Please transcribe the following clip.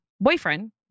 boyfriend